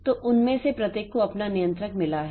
तो उनमें से प्रत्येक को अपना नियंत्रक मिला है